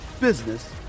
business